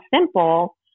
simple